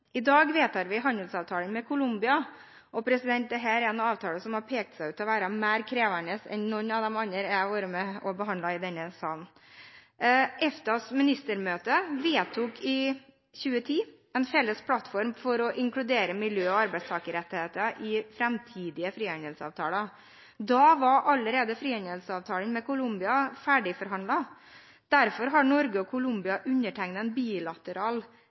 I dag vedtar vi handelsavtalen med Colombia. Dette er en avtale som har pekt seg ut som å være mer krevende enn noen av de andre jeg har vært med og behandlet i denne salen. EFTAs ministermøte vedtok i 2010 en felles plattform for å inkludere miljø- og arbeidstakerrettigheter i framtidige frihandelsavtaler. Da var allerede frihandelsavtalen med Colombia ferdigforhandlet. Derfor undertegnet Norge og Colombia en bilateral